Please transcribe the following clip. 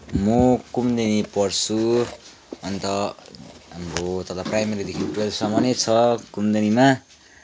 म कुमुदुनी पढछु अन्त हाम्रो प्राइमारीदेखि टुवेलभसम्म नै छ कुमुदुनीमा